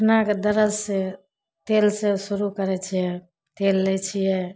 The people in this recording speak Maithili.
घुटनाके दरद से तेलसे शुरू करै छिए तेल लै छिए